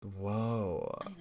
Whoa